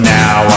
now